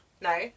No